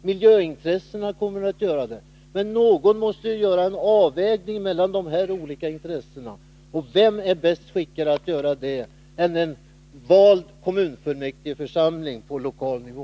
Miljöintressena kommer också att göra det. Men någon måste ju göra en avvägning mellan de här olika intressena. Och vem är bäst skickad att göra det än en vald kommunfullmäktigeförsamling på lokal nivå.